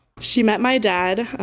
she met my dad.